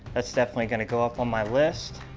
that's definitely going to go up on my list.